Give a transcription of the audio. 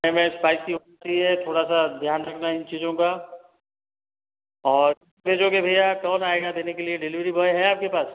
खाने में स्पाइसी होना चाहिए थोड़ा सा ध्यान रखना इन चीज़ें का और कैसे भेजोगे भैया कौन आएगा देने के लिए कोई डिलिवरी बॉय है आपके पास